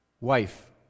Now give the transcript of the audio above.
wife